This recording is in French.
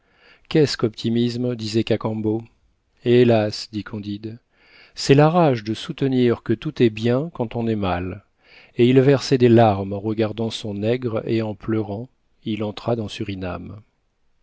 qu'est-ce qu'optimisme disait cacambo hélas dit candide c'est la rage de soutenir que tout est bien quand on est mal et il versait des larmes en regardant son nègre et en pleurant il entra dans surinam